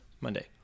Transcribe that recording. Monday